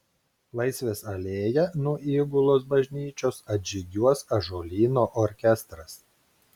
laisvės alėja nuo įgulos bažnyčios atžygiuos ąžuolyno orkestras